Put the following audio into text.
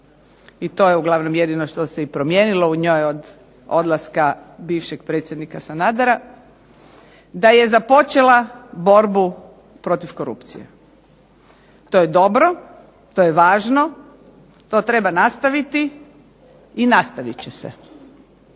i to je uglavnom jedino što se i promijenilo u njoj od odlaska bivšeg predsjednika Sanadera, da je započela borbu protiv korupcije. To je dobro, to je važno, to treba nastaviti i nastavit će se.